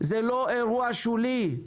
זה לא אירוע שולי.